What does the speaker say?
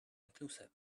inclusive